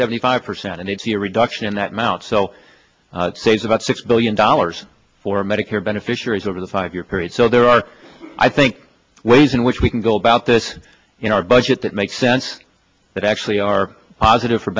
seventy five percent and it's a reduction in that amount so saves about six billion dollars for medicare beneficiaries over the five year period so there are i think ways in which we can go about this in our budget that makes sense that actually are positive for